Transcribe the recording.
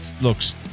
looks